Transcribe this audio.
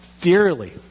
dearly